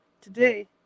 Today